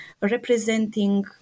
representing